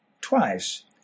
twice